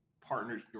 partners